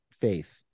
faith